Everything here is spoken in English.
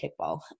kickball